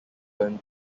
there